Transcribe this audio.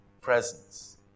presence